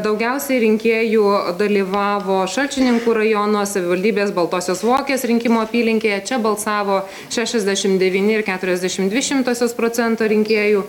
daugiausiai rinkėjų dalyvavo šalčininkų rajono savivaldybės baltosios vokės rinkimų apylinkėje čia balsavo šešiasdešimt devyni ir keturiasdešimt dvi šimtosios procento rinkėjų